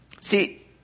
see